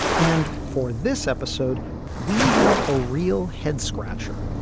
and for this episode we have a real head scratcher.